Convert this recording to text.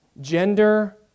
Gender